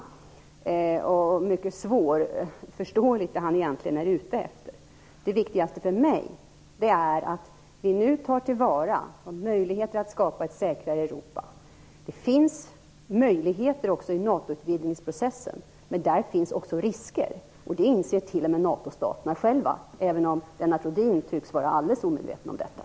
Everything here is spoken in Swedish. Det är mycket svårt att förstå vad han är ute efter. Det viktigaste för mig är att vi nu tar till vara möjligheterna att skapa ett säkrare Europa. Det finns möjligheter i NATO-utvidgningsprocessen, men där finns också risker. Det inser t.o.m. NATO-staterna själva, även om Lennart Rohdin tycks vara helt omedveten om detta.